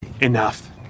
Enough